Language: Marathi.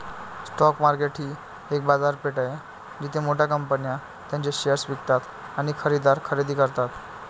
स्टॉक मार्केट ही एक बाजारपेठ आहे जिथे मोठ्या कंपन्या त्यांचे शेअर्स विकतात आणि खरेदीदार खरेदी करतात